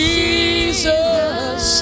Jesus